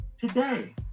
today